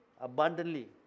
abundantly